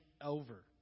over